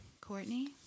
Courtney